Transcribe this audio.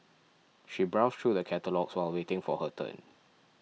she browsed through the catalogues while waiting for her turn